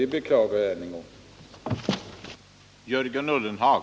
Detta beklagar jag än en gång.